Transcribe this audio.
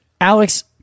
Alex